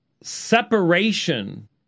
separation